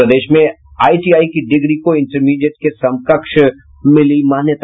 और प्रदेश में आईटीआई की डिग्री को इंटरमीडिएट के समकक्ष मिली मान्यता